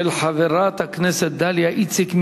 של חברת הכנסת דליה איציק.